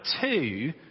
two